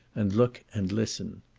and look and listen.